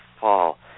Fall